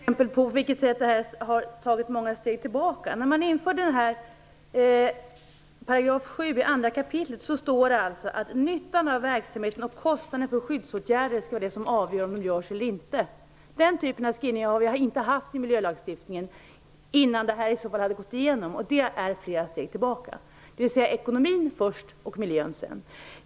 Fru talman! Jag kan ge ett exempel på vilket sätt förslaget innebär att man tagit många steg tillbaka. I 2 kap. 7 § står att nyttan av verksamheten och kostnaden för skyddsåtgärder skall vara avgörande. Den typen av skrivningar har vi inte haft i miljölagstiftningen, vilket vi skulle haft om detta hade gått igenom. Det hade varit att ta flera steg tillbaka, dvs. ekonomin först och miljön sedan.